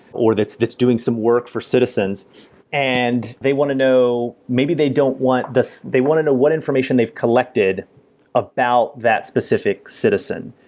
or that's that's doing some work for citizens and they want to know, maybe they don't want this they want to know what information they've collected about that specific citizen.